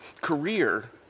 career